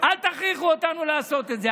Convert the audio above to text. אל תכריחו אותנו לעשות את זה,